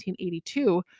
1982